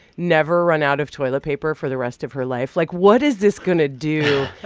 never run out of toilet paper for the rest of her life? like, what is this going to do.